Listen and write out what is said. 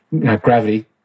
Gravity